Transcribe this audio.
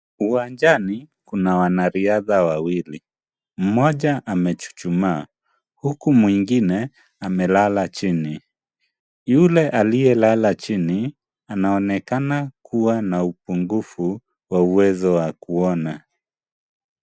Uwanjani kuna wanariadha wawili. Mmoja amechuchumaa huku mwingine amelala chini. Yule aliye lala chini, anaonekana kuwa na upungufu wa uwezo wa kuona.